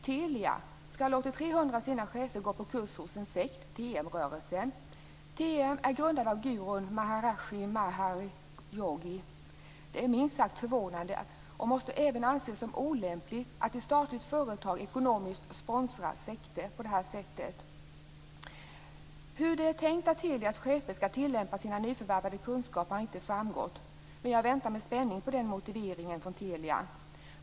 Telia skall ha låtit 300 av sina chefer gå på kurs hos en sekt, TM-rörelsen. TM är grundad av gurun Maharischi Mahesh Yogi. Det är minst sagt förvånande och måste även anses som olämpligt att ett statligt företag ekonomiskt sponsrar sekter på detta sätt. Hur det är tänkt att Telias chefer skall tillämpa sina nyförvärvade kunskaper har inte framgått. Men jag väntar med spänning på motiveringen från Telia.